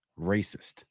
Racist